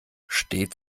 steht